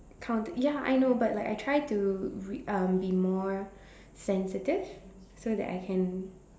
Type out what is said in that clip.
count ya I know but like I try to re~ um be more sensitive so that I can